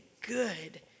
good